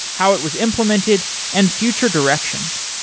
how it was implemented and future directions.